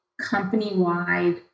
company-wide